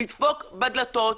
לדפוק בדלתות,